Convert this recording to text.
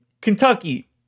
Kentucky